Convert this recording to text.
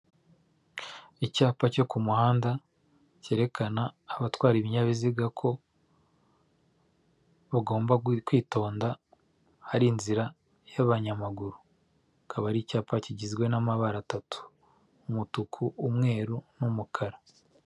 Icyapa cyo ku muhanda, cyerekana abatwara ibinyabiziga ko bagomba kwitonda, hari inzira y'abanyamaguru. Akaba ari icyapa kigizwe n'amabara atatu: umutuku, umweru, n'umukara.